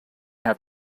have